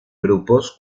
grupos